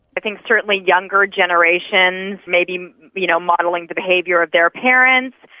i think certainly younger generations may be you know modelling the behaviour of their parents.